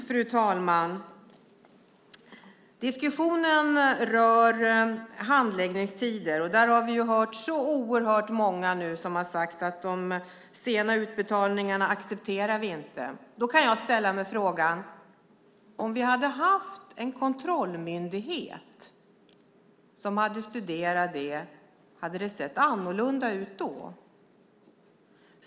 Fru talman! Diskussionen rör handläggningstider, och vi har hört oerhört många säga att dessa sena utbetalningar accepterar vi inte. Då ställer jag mig frågan: Om vi hade haft en kontrollmyndighet som hade studerat detta, hade det då sett annorlunda ut?